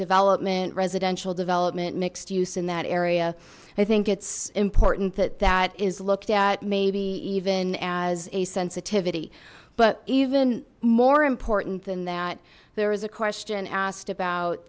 development residential development mixed use in that area i think it's important that that is looked at maybe even as a sensitivity but even more important than that there was a question asked about